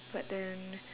but then